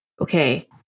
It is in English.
Okay